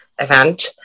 event